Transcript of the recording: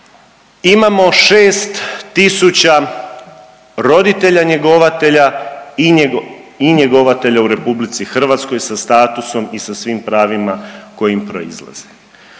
Imamo 6.000 roditelja njegovatelja i njegovatelja u RH sa statusom i sa svim pravima koji im proizlaze.